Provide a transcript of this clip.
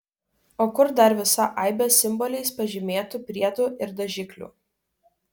o kur dar visa aibė simboliais pažymėtų priedų ir dažiklių